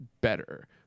better